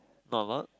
normal